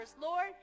Lord